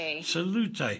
Salute